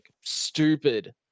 stupid